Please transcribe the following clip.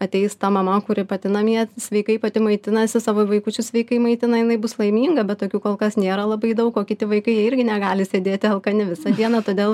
ateis ta mama kuri pati namie sveikai pati maitinasi savo vaikučius sveikai maitina jinai bus laiminga bet tokių kol kas nėra labai daug o kiti vaikai jie irgi negali sėdėti alkani visą dieną todėl